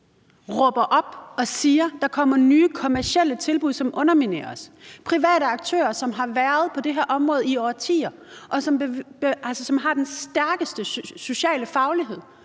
råber op og siger, at der kommer nye kommercielle tilbud, som underminerer dem – private aktører, som har været på det her område i årtier, og som har den stærkeste sociale faglighed,